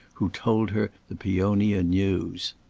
who told her the peonia news.